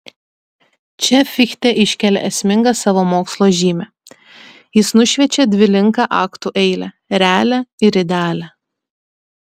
čia fichte iškelia esmingą savo mokslo žymę jis nušviečia dvilinką aktų eilę realią ir idealią